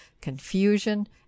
confusion